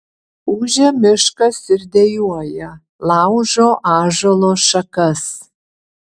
ūžia miškas ir dejuoja laužo ąžuolo šakas